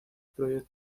primeros